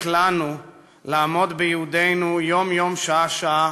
לנו לעמוד בייעודנו יום-יום שעה-שעה,